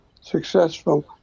successful